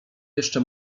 jeszcze